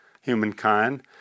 humankind